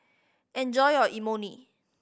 enjoy your Imoni